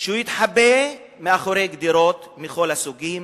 שהוא יתחבא מאחורי גדרות מכל הסוגים